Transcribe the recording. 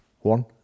one